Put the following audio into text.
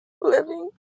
living